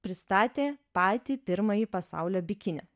pristatė patį pirmąjį pasaulio bikinį